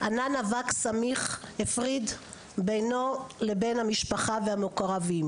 ענן אבק סמיך הפריד בינו לבין המשפחה והמקורבים.